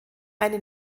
eine